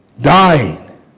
dying